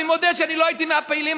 אני מודה שלא הייתי מהפעילים,